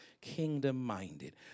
kingdom-minded